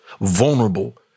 vulnerable